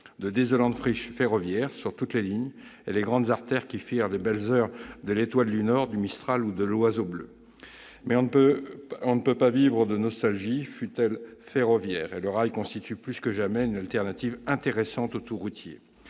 de désolantes friches ferroviaires sur toutes les lignes, notamment sur les grandes artères qui firent les belles heures de l', du ou de l'. Mais on ne peut pas vivre de nostalgie, fût-elle ferroviaire, et le rail constitue plus que jamais une alternative intéressante au « tout-routier